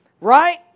Right